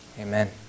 Amen